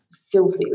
Filthy